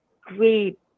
great